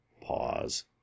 Pause